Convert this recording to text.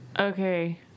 Okay